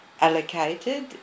allocated